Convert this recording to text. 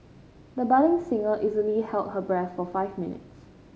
the budding singer easily held her breath for five minutes